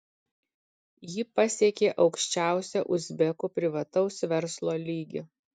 ji pasiekė aukščiausią uzbekų privataus verslo lygį